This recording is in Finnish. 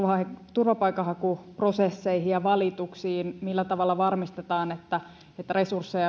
turvapaikanhakuprosesseihin ja valituksiin millä tavalla varmistetaan että että resursseja